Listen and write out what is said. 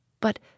But